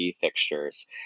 fixtures